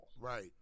Right